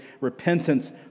Repentance